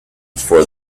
for